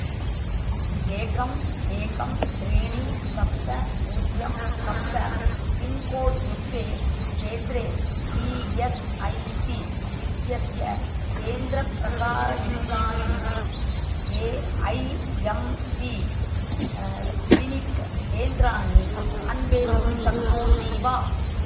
एकम् एकं त्रीणि सप्त पूज्यं सप्त पिन्कोड्युक्ते क्षेत्रे ई एस् ऐ सि इत्यस्य केन्द्रप्रकारयुक्तानि A I M P clinic केन्द्राणि अन्वेष्टुं शक्नोषि वा